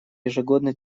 ежегодной